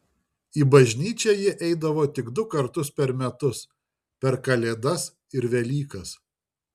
į bažnyčią jie eidavo tik du kartus per metus per kalėdas ir velykas